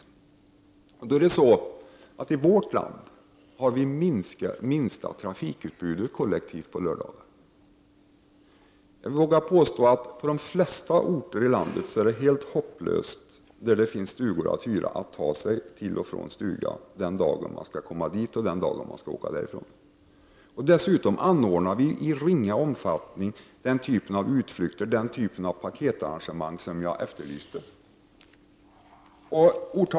I vårt land har vi det minsta kollektiva trafikutbudet på lördagar. Jag vill påstå att det på de flesta orter i landet där det finns stugor att hyra är helt hopplöst att ta sig kollektivt till och från stugan den dag man skall komma dit och den dag som man skall åka därifrån. Dessutom anordnas i ringa omfattning den typ av utflykter och paketarrangemang som jag efterlyste.